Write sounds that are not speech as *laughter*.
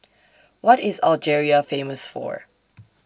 What IS Algeria Famous For *noise*